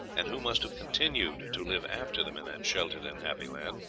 and who must have continued to live after them in that sheltered and happy land,